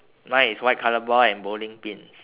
mine is white colour ball and bowling pins